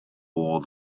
all